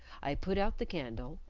i put out the candle,